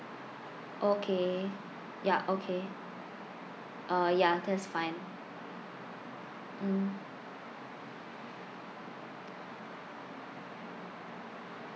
okay ya okay uh ya that is fine mm